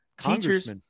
Teachers